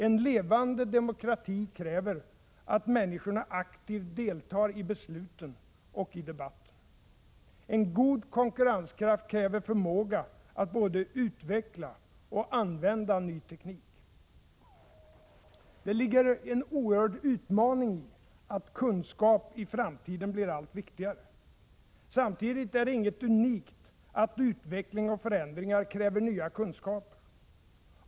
En levande demokrati kräver att människorna aktivt deltar i besluten och i debatten. En god konkurrenskraft kräver förmåga att både utveckla och använda ny teknik. Det ligger en oerhörd utmaning i att kunskap i framtiden blir allt viktigare. Samtidigt är det inget unikt att utveckling och förändringar kräver nya kunskaper.